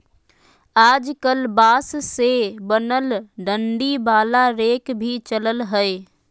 आजकल बांस से बनल डंडी वाला रेक भी चलल हय